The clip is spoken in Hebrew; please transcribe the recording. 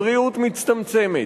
הבריאות מצטמצמת.